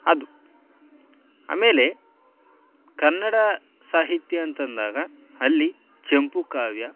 ಅದು ಆಮೇಲೆ ಕನ್ನಡ ಸಾಹಿತ್ಯ ಅಂತಂದಾಗ ಅಲ್ಲಿ ಚಂಪೂ ಕಾವ್ಯ